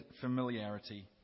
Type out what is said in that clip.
familiarity